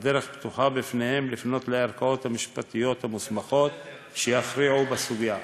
הדרך פתוחה בפניה לפנות לערכאות המשפטיות המוסמכות כדי שיכריעו בסוגיה.